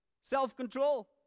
Self-control